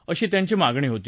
अशी त्यांची मागणी होती